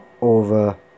over